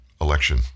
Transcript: election